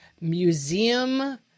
museum